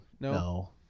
no